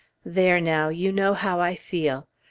there now, you know how i feel!